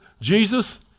Jesus